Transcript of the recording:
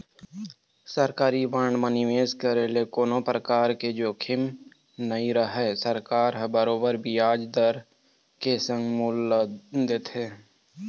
सरकारी बांड म निवेस करे ले कोनो परकार के जोखिम नइ रहय सरकार ह बरोबर बियाज दर के संग मूल ल देथे